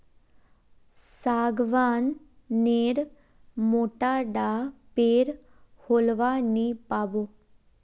सागवान नेर मोटा डा पेर होलवा नी पाबो